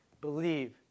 believe